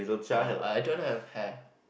ya I don't have hair